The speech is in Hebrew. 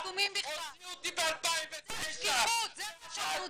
דרסתי ארבע גופות של חיילים שהתפוצצו,